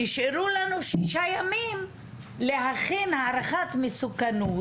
נשארו לנו שישה ימים להכין הערכת מסוכנות